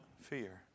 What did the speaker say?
fear